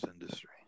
industry